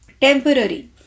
temporary